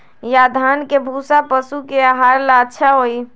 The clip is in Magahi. या धान के भूसा पशु के आहार ला अच्छा होई?